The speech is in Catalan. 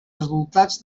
resultats